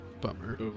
Bummer